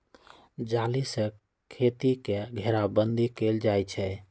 जाली से खेती के घेराबन्दी कएल जाइ छइ